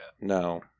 No